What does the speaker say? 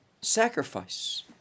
sacrifice